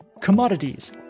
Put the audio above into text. commodities